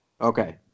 Okay